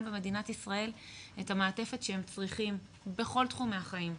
במדינת ישראל את המעטפת שהם צריכים בכל תחומי החיים.